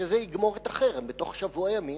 שזה יגמור את החרם בתוך שבוע ימים,